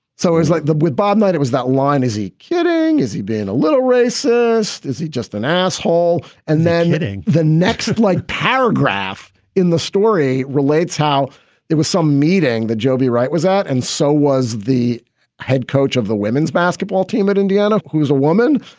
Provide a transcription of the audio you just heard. so he's like that with bob knight. it was that line. is he kidding? is he being a little racist? is he just an asshole? and then hitting the next like paragraph in the story relates how there was some meeting the jobi right was at. and so was the head coach of the women's basketball team at indiana, who's a woman.